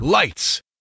Lights